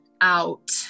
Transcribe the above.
out